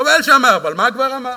חבל שאמר, אבל מה כבר אמר?